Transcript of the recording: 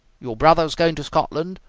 your brother is going to scotland?